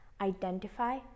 Identify